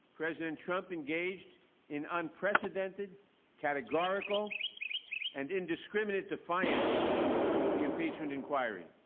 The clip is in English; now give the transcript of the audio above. president trump engaged in unprecedented categorical and indiscriminate defiance of the impeachment inquiry.